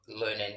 learning